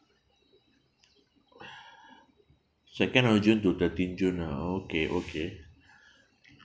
second of june to thirteen june lah okay okay